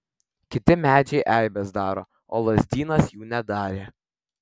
kiti medžiai eibes daro o lazdynas jų nedarė